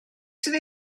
sydd